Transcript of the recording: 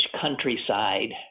countryside